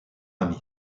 ami